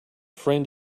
friend